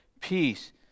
Peace